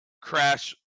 Crash